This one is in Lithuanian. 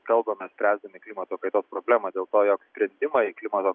kalbame spręsdami klimato kaitos problemą dėl to jog sprendimai klimato